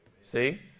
see